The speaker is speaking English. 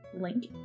link